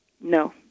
No